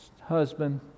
husband